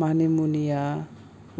मानि मुनिया